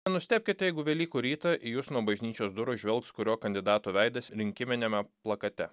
nenustebkite jeigu velykų rytą į jūs nuo bažnyčios durų žvelgs kurio kandidato veidas rinkiminiame plakate